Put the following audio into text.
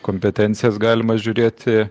kompetencijas galima žiūrėti